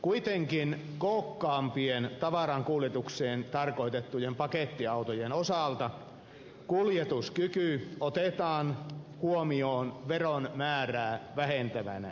kuitenkin kookkaampien tavarankuljetukseen tarkoitettujen pakettiautojen osalta kuljetuskyky otetaan huomioon veron määrää vähentävänä tekijänä